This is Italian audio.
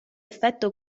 effetto